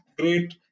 great